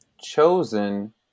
chosen